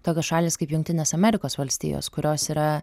tokios šalys kaip jungtinės amerikos valstijos kurios yra